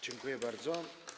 Dziękuję bardzo.